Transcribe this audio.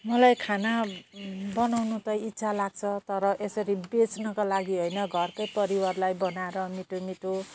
मलाई खाना बनाउनु त इच्छा लाग्छ तर यसरी बेच्नुको लागि होइन घरकै परिवारलाई बनाएर मिठो मिठो